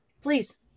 please